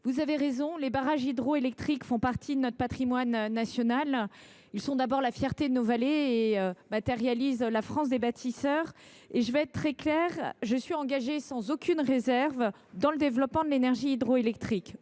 vous avez raison, les barrages hydroélectriques font partie de notre patrimoine national. Ils sont d’abord la fierté de nos vallées et matérialisent la France des bâtisseurs. Je le dis sans ambages : je suis engagée sans aucune réserve dans le développement de l’énergie hydroélectrique.